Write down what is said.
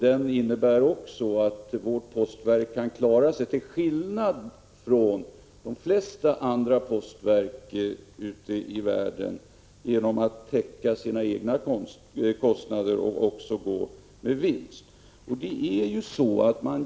Den innebär också att vårt postverk — till skillnad från de flesta andra postverk ute i världen — kan klara sig och täcka sina egna kostnader samt också gå med vinst.